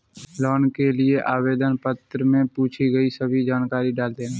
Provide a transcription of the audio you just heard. loan के लिए आवेदन पत्र में पूछी गई सभी जानकारी डाल देना